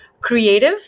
creative